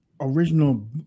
original